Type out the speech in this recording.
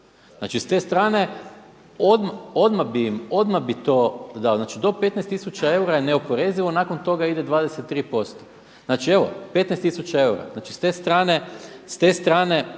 Znači s te strane odmah bi to dao. Znači, do 15000 eura je neoporezivo, nakon toga ide 23%. Znači evo, 15000 eura. Znači s te strane, pardon. Ne,